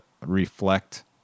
reflect